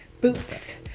Boots